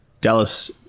Dallas